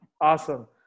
Awesome